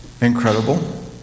incredible